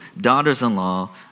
daughters-in-law